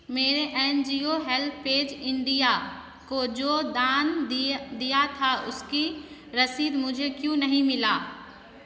मेरे N G O HelpAge India को जो दान दिय दिया था उसकी रसीद मुझे क्यों नहीं मिली